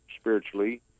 spiritually